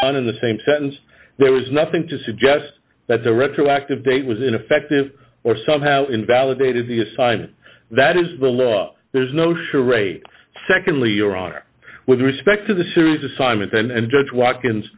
on in the same sentence there was nothing to suggest that the retroactive date was ineffective or somehow invalidated the assignment that is the law there's no charade secondly your honor with respect to the series assignment and judge watkins